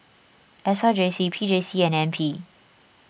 S R J C P J C and N P